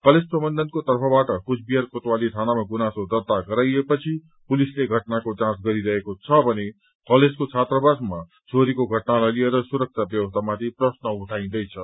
college प्रबन्धनको तर्फबाट कुचबिहार कोतवाली थानामा गुनासो दर्ता गराएपछि पुलिसले घटनाको जाँच गरिरहेको छ भने कलेजको छात्रावासमा चोरीको घटनालाई लिएर सुरक्षा व्यवस्थामाथि प्रश्न उठाइन्दैछ